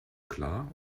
klar